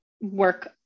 work